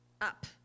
up